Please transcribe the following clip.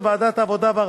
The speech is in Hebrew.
שוועדת העבודה,